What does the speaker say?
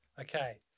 Okay